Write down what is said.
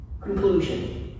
Conclusion